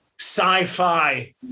sci-fi